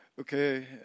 Okay